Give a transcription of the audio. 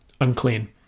unclean